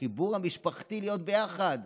החיבור המשפחתי, להיות ביחד.